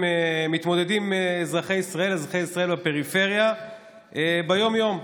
מתמודדים אזרחי ישראל בפריפריה יום-יום.